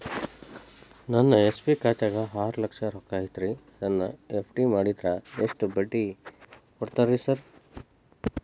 ನನ್ನ ಎಸ್.ಬಿ ಖಾತ್ಯಾಗ ಆರು ಲಕ್ಷ ರೊಕ್ಕ ಐತ್ರಿ ಅದನ್ನ ಎಫ್.ಡಿ ಮಾಡಿದ್ರ ಎಷ್ಟ ಬಡ್ಡಿ ಕೊಡ್ತೇರಿ ಸರ್?